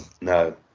No